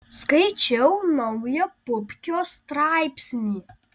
skaičiau naują pupkio straipsnį